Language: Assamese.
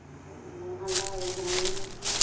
আদা ৰহুন